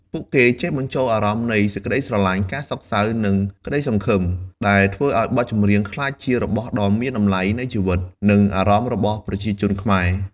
ពួកគេចេះបញ្ចូលអារម្មណ៍នៃ សេចក្ដីស្រលាញ់, ការសោកសៅ, និងក្ដីសង្ឃឹម ដែលធ្វើឲ្យបទចម្រៀងក្លាយជារបស់ដ៏មានតម្លៃនៃជីវិត និងអារម្មណ៍របស់ប្រជាជនខ្មែរ។